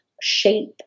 shape